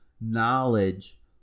knowledge